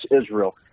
Israel